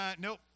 Nope